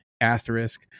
asterisk